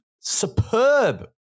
superb